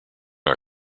our